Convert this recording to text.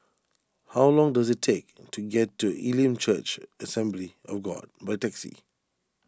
how long does it take to get to Elim Church Assembly of God by taxi